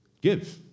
Give